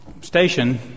station